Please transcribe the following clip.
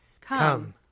Come